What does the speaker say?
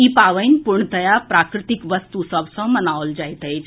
ई पावनि पूर्णतया प्राकृतिक वस्तु सभ सऽ मनाओल अजाइत अछि